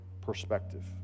perspective